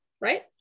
Right